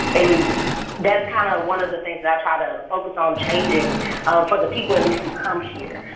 and that's kind of one of the things that i try to focus on changing for the people, at least, who come here.